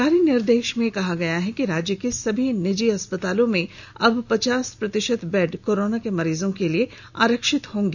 जारी निर्देश में कहा गया है कि राज्य के सभी निजी अस्पतालों में अब पचास प्रतिशत बेड कोरोना के मरीजों के लिए आरक्षित होगा